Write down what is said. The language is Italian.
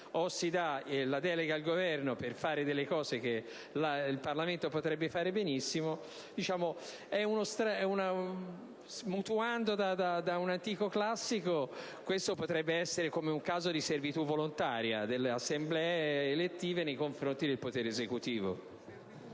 o si dà la delega al Governo per attuare delle misure che il Parlamento potrebbe approvare benissimo. Mutuando da un antico classico, questo potrebbe essere un caso di servitù volontaria delle Assemblee elettive nei confronti del potere esecutivo.